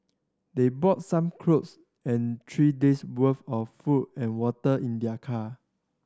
they brought some clothes and three days' worth of food and water in their car